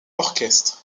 orchestre